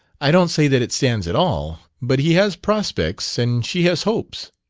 i don't say that it stands at all. but he has prospects and she has hopes.